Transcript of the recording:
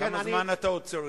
כמה זמן אתה עוד צריך?